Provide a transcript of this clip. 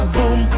Boom